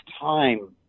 time